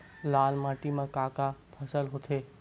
लाल माटी म का का फसल होथे?